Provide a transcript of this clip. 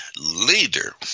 leader